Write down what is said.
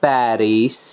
Paris